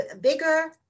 Bigger